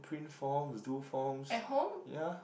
print forms do forms yeah